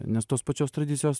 nes tos pačios tradicijos